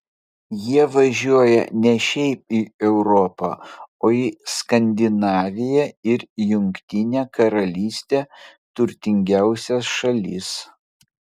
jie važiuoja ne šiaip į europą o į skandinaviją ir jungtinę karalystę turtingiausias šalis